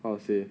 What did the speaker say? how to say